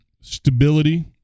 stability